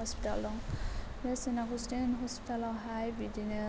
hospital दं बे saint Augustine hospital आवहाय बिदिनो